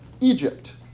Egypt